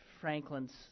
Franklin's